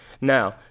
Now